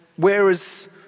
Whereas